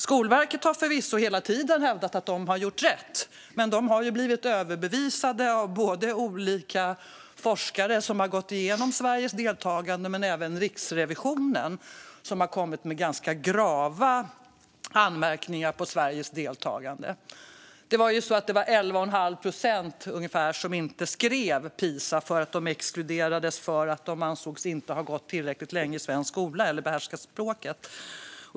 Skolverket har förvisso hela tiden hävdat att de har gjort rätt, men de har ju blivit överbevisade både av olika forskare som har gått igenom Sveriges deltagande och av Riksrevisionen, som har kommit med ganska grava anmärkningar gällande Sveriges deltagande. Ungefär 11,5 procent skrev inte Pisa - de exkluderades för att de inte ansågs ha gått tillräckligt länge i svensk skola eller behärskade språket.